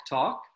Talk